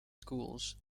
schools